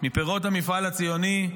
מפירות המפעל הציוני,